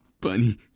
bunny